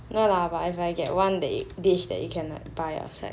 no lah but if I get one that dish that you can like buy outside